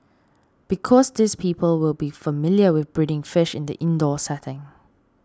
because these people will be familiar with breeding fish in the indoor setting